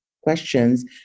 questions